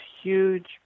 huge